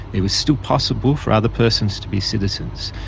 it was still possible for other persons to be citizens,